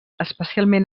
especialment